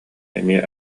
эмиэ